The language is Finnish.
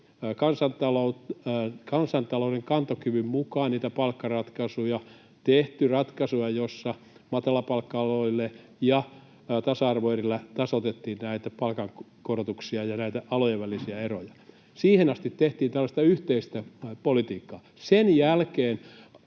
kansantalouden kantokyvyn mukaan niitä palkkaratkaisuja, tehty ratkaisuja, joissa matalapalkka-aloille tasa-arvoerillä tasoitettiin näitä palkankorotuksia ja näitä alojen välisiä eroja. Siihen asti tehtiin tällaista yhteistä politiikkaa. Sen jälkeen,